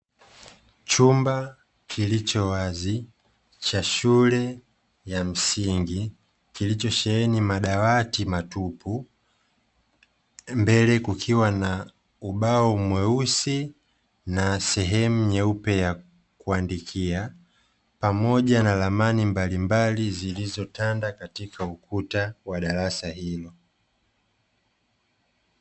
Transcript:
Chumba kilichowazi cha shule ya msingi kilichosheheni madawati matupu, mbele kukiwa na ubao mweusi na sehemu nyeupe ya kuandikia pamoja na ramani mbalimbali zilizotanda katika ukuta wa darasa hilo.